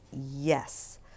yes